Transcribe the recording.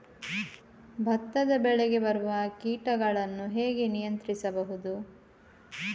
ಭತ್ತದ ಬೆಳೆಗೆ ಬರುವ ಕೀಟಗಳನ್ನು ಹೇಗೆ ನಿಯಂತ್ರಿಸಬಹುದು?